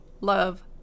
love